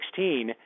2016